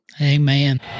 Amen